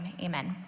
amen